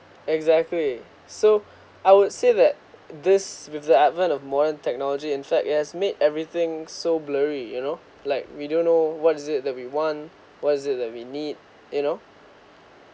exactly so I would say that this with the advent of modern technology in fact it has made everything so blurry you know like we don't know what is it that we want what is it that we need you know